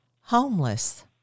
homeless